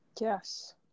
yes